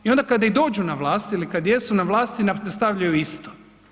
Onda kada i dođu na vlast ili kada jesu na vlasti nastavljaju isto.